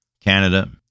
Canada